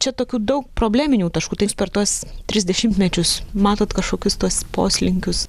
čia tokių daug probleminių taškų per tuos tris dešimtmečius matot kažkokius tuos poslinkius